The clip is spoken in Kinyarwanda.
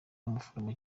umuforomo